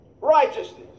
righteousness